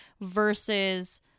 versus